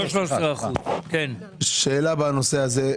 לא 13%. שאלה בנושא הזה.